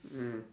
mm